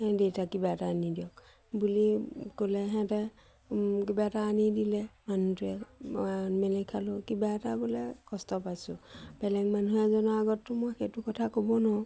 দেতা কিবা এটা আনি দিয়ক বুলি ক'লে সিহঁতে কিবা এটা আনি দিলে মানুহটোৱে মিলি খালোঁ কিবা এটা বোলে কষ্ট পাইছোঁ বেলেগ মানুহ এজনৰ আগততো মই সেইটো কথা ক'ব নোৱাৰোঁ